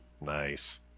Nice